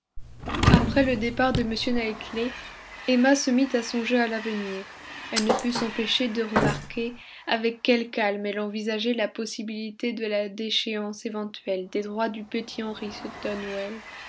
après le départ de m knightley emma se mit à songer à l'avenir elle ne put s'empêcher de remarquer avec quel calme elle envisageait la possibilité de la déchéance éventuelle des droits du petit henri sur donwell